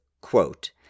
Quote